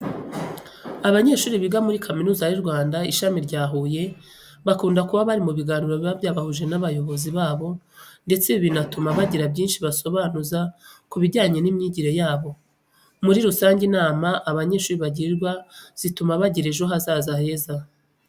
Abanyeshuri biga muri Kaminuza y'u Rwanda ishami rya Huye bakunda kuba bari mu biganiro biba byabahuje n'abayobozi babo ndetse ibi binatuma bagira byinshi basobanuza ku bijyanye n'imyigire yabo. Muri rusange inama abanyeshuri bagirwa zituma bagira ejo hazaza heza.